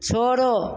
छोड़ो